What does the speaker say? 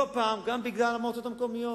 לא פעם גם בגלל המועצות המקומיות.